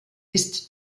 ist